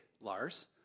Lars